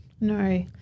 No